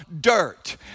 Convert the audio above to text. dirt